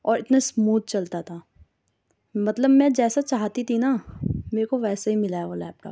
اور اتنے اسموتھ چلتا تھا مطلب میں جیسا چاہتی تھی نا میرے کو ویسا ہی ملا وہ لیپ ٹاپ